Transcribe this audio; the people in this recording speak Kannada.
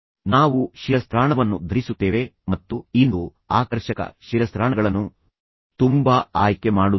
ನಾವು ಶಿರಸ್ತ್ರಾಣವನ್ನು ಧರಿಸುತ್ತೇವೆ ಮತ್ತು ಇಂದು ಆಕರ್ಷಕ ಶಿರಸ್ತ್ರಾಣಗಳನ್ನು ತುಂಬಾ ಆಯ್ಕೆ ಮಾಡುತ್ತಾರೆ